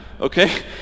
okay